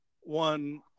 one